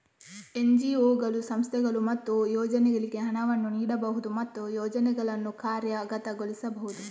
ಎನ್.ಜಿ.ಒಗಳು, ಸಂಸ್ಥೆಗಳು ಮತ್ತು ಯೋಜನೆಗಳಿಗೆ ಹಣವನ್ನು ನೀಡಬಹುದು ಮತ್ತು ಯೋಜನೆಗಳನ್ನು ಕಾರ್ಯಗತಗೊಳಿಸಬಹುದು